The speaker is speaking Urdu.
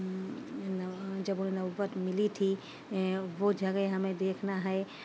جب انہیں نبوت ملی تھی وہ جگہ ہمیں دیکھنا ہے